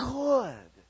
good